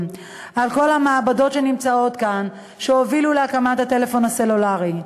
כל המעבדות שנמצאות כאן שהובילו להקמת הטלפון הסלולרי,